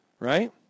Right